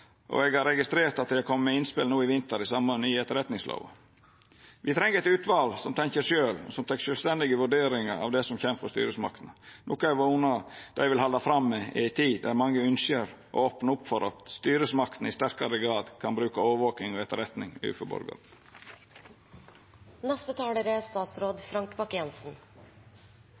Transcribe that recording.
og eg har registrert at det har kome med innspel no i vinter i samband med ny etterretningslov. Me treng eit utval som tenkjer sjølv, og som tek sjølvstendige vurderingar av det som kjem frå styresmaktene, noko eg vonar dei vil halda fram med i ei tid der mange ynskjer å opna opp for at styresmaktene i sterkare grad kan bruka overvaking og etterretning